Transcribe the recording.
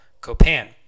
Copan